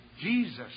Jesus